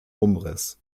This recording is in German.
umriss